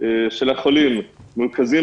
של החולים מרוכזים